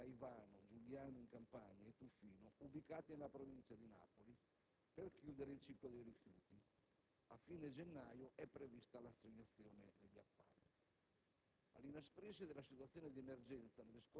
e dei tre impianti di ex CDR (Caivano, Giugliano in Campania e Tufino) ubicati nella Provincia di Napoli per chiudere il ciclo dei rifiuti; a fine gennaio è prevista l'assegnazione degli appalti.